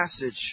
passage